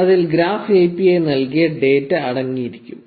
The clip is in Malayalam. അതിൽ ഗ്രാഫ് API നൽകിയ ഡാറ്റ അടങ്ങിയിരിക്കും